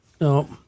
No